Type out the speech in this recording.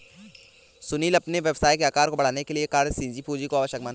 सुनील अपने व्यवसाय के आकार को बढ़ाने के लिए कार्यशील पूंजी को आवश्यक मानते हैं